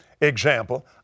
example